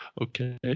Okay